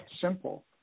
simple